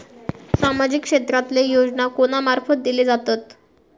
सामाजिक क्षेत्रांतले योजना कोणा मार्फत दिले जातत?